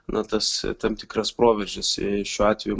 na tas tam tikras proveržis šiuo atveju